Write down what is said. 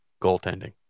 goaltending